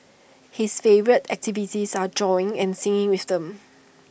his favourite activities are drawing and singing with them